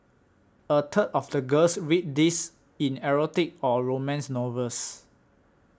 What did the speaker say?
a third of the girls read these in erotic or romance novels